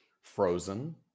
Frozen